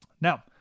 Now